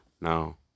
Now